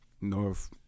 North